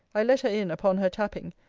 i let her in upon her tapping,